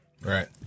Right